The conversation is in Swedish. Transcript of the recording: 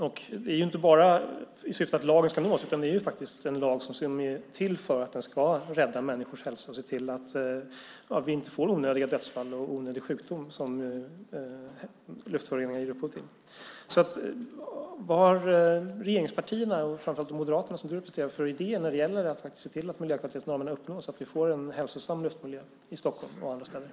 Syftet är inte bara att lagen ska efterlevas, utan det är faktiskt en lag som är till för att vi ska rädda människors hälsa och se till att vi inte får onödiga dödsfall och onödig sjukdom som luftföroreningar ger upphov till. Vad har regeringspartierna och framför allt Moderaterna, som du representerar, för idéer när det gäller att faktiskt se till att miljökvalitetsnormerna uppnås och att vi får en hälsosam luftmiljö i Stockholm och på andra ställen?